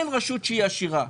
אין רשות שהיא עשירה.